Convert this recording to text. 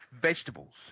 vegetables